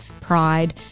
pride